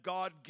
God